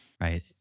right